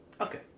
Okay